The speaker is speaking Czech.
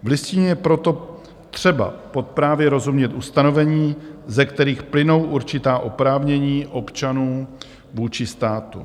V Listině je proto třeba právě rozumět ustanovením, ze kterých plynou určitá oprávnění občanů vůči státu.